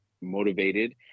motivated